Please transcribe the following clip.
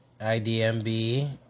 IDMB